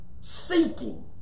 seeking